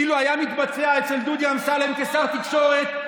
אילו היה מתבצע אצל דודי אמסלם כשר תקשורת,